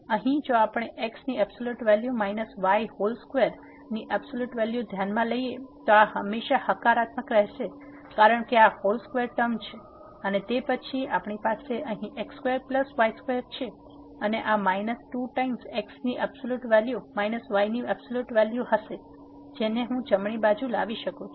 તેથી અહીં જો આપણે x ની absolute value minus y whole square ની એબ્સોલ્યુટ વેલ્યુ ધ્યાનમાં લઈએ તો આ હંમેશા હકારાત્મક રહેશે કારણ કે આ હોલ સ્ક્વેર ટર્મ છે અને તે પછી આપણી પાસે અહીં x2 y2 છે અને આ માઈનસ 2 ટાઈમ્સ x ની એબ્સોલ્યુટ વેલ્યુ માઈનસ y ની એબ્સોલ્યુટ વેલ્યુ હશે જેને હું જમણી બાજુ લાવી શકું છું